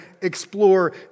explore